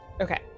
Okay